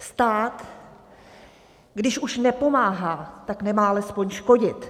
Stát, když už nepomáhá, tak nemá alespoň škodit.